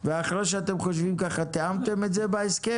מאז סופרים 60 יום וחייבים להשיב לו את